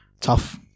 tough